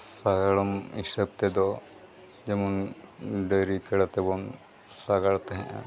ᱥᱟᱜᱟᱲᱚᱢ ᱦᱤᱥᱟᱹᱵ ᱛᱮᱫᱚ ᱡᱮᱢᱚᱱ ᱰᱟᱝᱨᱤ ᱠᱟᱰᱟ ᱛᱮᱵᱚᱱ ᱥᱟᱜᱟᱲ ᱛᱟᱦᱮᱸᱫᱼᱟ